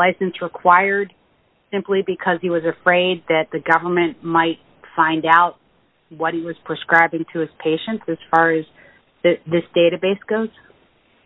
license required simply because he was afraid that the government might find out what he was prescribing to his patients as far as this database goes